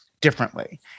differently